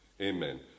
Amen